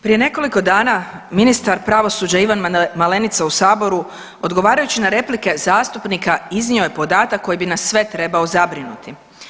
Prije nekoliko dana ministar pravosuđa Ivan Malenica u Saboru odgovarajući na replike zastupnika iznio je podatak koji bi nas sve trebao zabrinuti.